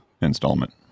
installment